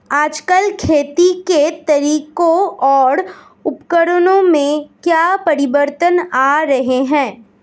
आजकल खेती के तरीकों और उपकरणों में क्या परिवर्तन आ रहें हैं?